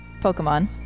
Pokemon